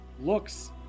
looks